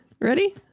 Ready